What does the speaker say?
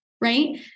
right